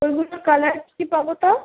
ওইগুলোর কালার কী কী পাবো তাও